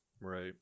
Right